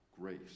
grace